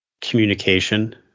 communication